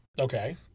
okay